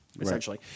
essentially